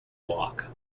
block